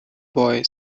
boy